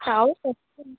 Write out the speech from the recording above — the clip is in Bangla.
তাও